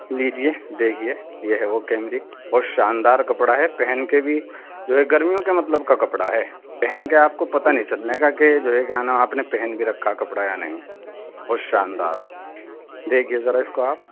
لیجیے دیکھیے یہ ہے وہ کیمبرک بہت شاندار کپڑا ہے پہن کے بھی جو ہے گرمیوں کے مطلب کا کپڑا ہے پہن کے آپ کو پتہ نہیں چلنے کا کہ جو ہے کیا نام آپ نے پہن بھی رکھا کپڑا یا نہیں بہت شاندار دیکھیے ذرا اس کو آپ